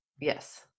Yes